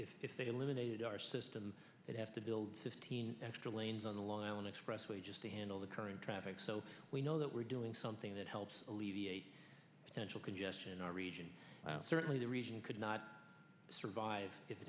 that if they eliminated our system would have to build fifteen extra lanes on the long island expressway just to handle the current traffic so we know that we're doing something that helps alleviate potential congestion in our region certainly the region could not survive i